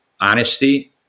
honesty